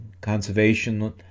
conservation